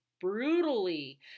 brutally